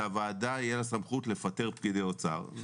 שלוועדה תהיה סמכות לפטר פקידי אוצר...